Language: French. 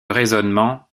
raisonnement